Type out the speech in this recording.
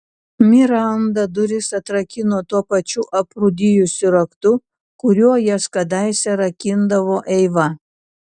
miranda duris atrakino tuo pačiu aprūdijusiu raktu kuriuo jas kadaise rakindavo eiva